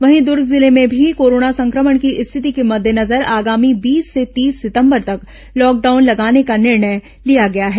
वहीं दूर्ग जिले में भी कोरोना संक्रमण की स्थिति के मद्देनजर आगामी बीस से तीस सितंबर तक लॉकडाउन लगाने का निर्णय लिया गया है